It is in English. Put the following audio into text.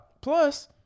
Plus